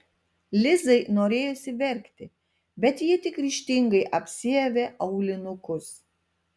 lizai norėjosi verkti bet ji tik ryžtingai apsiavė aulinukus